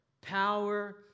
Power